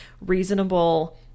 reasonable